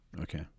okay